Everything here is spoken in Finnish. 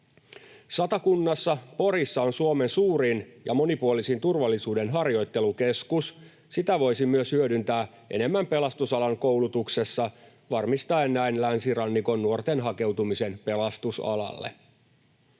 Satakunnassa Porissa on Suomen suurin ja monipuolisin turvallisuuden harjoittelukeskus. Sitä voisi myös hyödyntää enemmän pelastusalan koulutuksessa varmistaen näin länsirannikon nuorten hakeutumisen pelastusalalle.